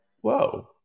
Whoa